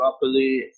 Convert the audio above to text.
properly